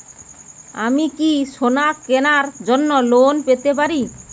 আমি কি সোনা কেনার জন্য লোন পেতে পারি?